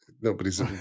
nobody's